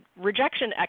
rejection